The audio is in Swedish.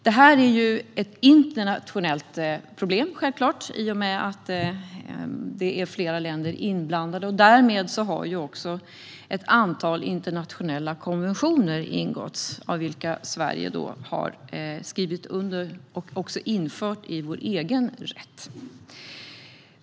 Detta är ett internationellt problem i och med att flera länder är inblandade. Därför har ett antal internationella konventioner ingåtts, och dem har Sverige skrivit under och infört i sin egen rätt.